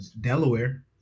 Delaware